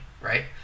right